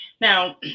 Now